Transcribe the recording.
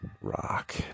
rock